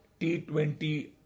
T20